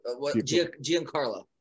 giancarlo